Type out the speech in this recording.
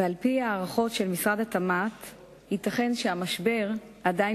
ועל-פי הערכות של משרד התמ"ת ייתכן שהמשבר עדיין